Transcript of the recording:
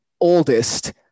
oldest